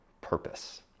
purpose